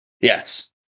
Yes